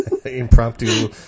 impromptu